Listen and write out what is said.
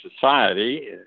society